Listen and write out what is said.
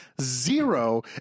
zero